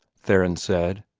theron said.